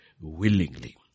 willingly